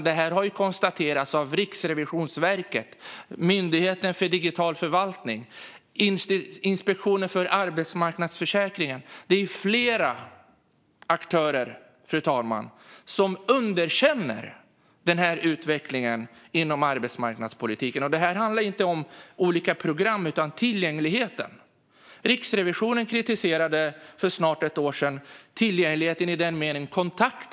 Det här har konstaterats av Riksrevisionen, Myndigheten för digital förvaltning och Inspektionen för arbetsmarknadsförsäkringen. Det är flera aktörer, fru talman, som underkänner den utvecklingen inom arbetsmarknadspolitiken. Det handlar inte om olika program utan om tillgängligheten. Riksrevisionen kritiserade för snart ett år sedan tillgängligheten i den meningen att få kontakt.